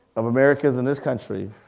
of americans in this country,